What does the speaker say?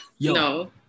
No